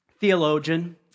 theologian